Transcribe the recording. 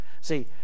See